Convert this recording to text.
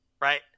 right